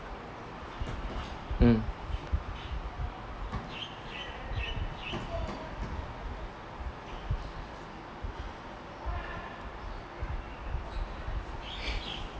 mm